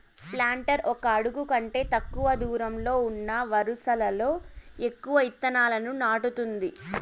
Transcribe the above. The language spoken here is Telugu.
ప్లాంటర్ ఒక అడుగు కంటే తక్కువ దూరంలో ఉన్న వరుసలలో ఎక్కువ ఇత్తనాలను నాటుతుంది